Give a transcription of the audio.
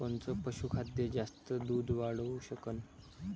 कोनचं पशुखाद्य जास्त दुध वाढवू शकन?